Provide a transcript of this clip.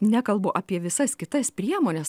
nekalbu apie visas kitas priemones